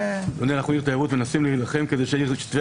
אנחנו עיר תיירות ואנחנו מנסים להילחם כדי שטבריה